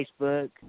Facebook